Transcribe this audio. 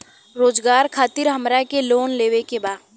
रोजगार खातीर हमरा के लोन लेवे के बा?